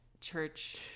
church